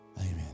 Amen